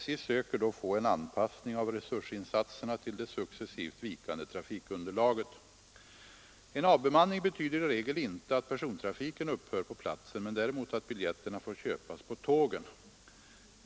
SJ söker då få en anpassning av resursinsatserna till det successivt vikande trafikunderlaget. En avbemanning betyder i regel inte att persontrafiken upphör på platsen men däremot att biljetterna får köpas på tågen.